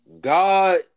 God